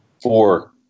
Four